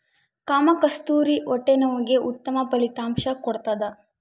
ಕಾಮಕಸ್ತೂರಿ ಹೊಟ್ಟೆ ನೋವಿಗೆ ಉತ್ತಮ ಫಲಿತಾಂಶ ಕೊಡ್ತಾದ